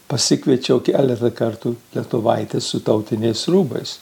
pasikviečiau keletą kartų lietuvaites su tautiniais rūbais